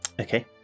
Okay